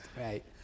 Right